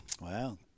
Wow